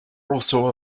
also